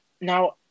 Now